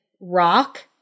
rock